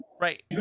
Right